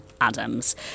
Adams